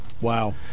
Wow